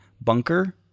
bunker